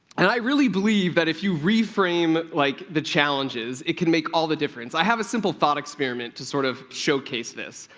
and i really believe that if you reframe, like, the challenges, it can make all the difference. i have a simple thought experiment to sort of showcase this.